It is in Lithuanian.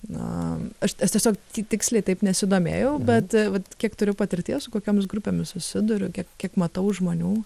na aš aš tiesiog tiksliai taip nesidomėjau bet vat kiek turiu patirties su kokiomis grupėmis susiduriu kiek kiek matau žmonių